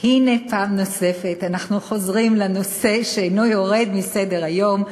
הנה פעם נוספת אנחנו חוזרים לנושא שאינו יורד מסדר-היום.